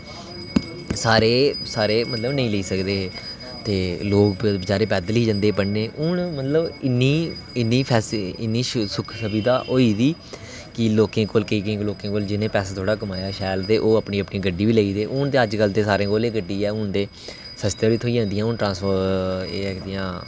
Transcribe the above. एह् सारे सारे मतलब नेईं लेई सकदे एह् ते लोक बचैरे पैदल ई जंदे पढ़ने ई हून मतलब इन्नी सुख शुविधा होई दी कि केईं लोकें कोल जि'नें पैसा कमाया थोह्ड़ा शैल गड्डी बी लेई हून ते सारें कोल गड्डी ऐ ते हून स्सता बी थ्होई जंदी एह्